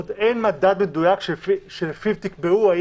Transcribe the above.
עוד אין מדד מדויק שלפיו תקבעו אם